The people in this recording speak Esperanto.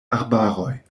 arbaroj